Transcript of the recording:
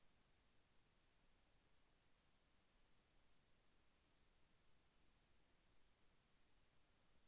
ఖాతాను తెరవడానికి ఆధార్ ఎందుకు అవసరం?